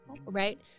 Right